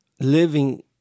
living